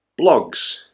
Blogs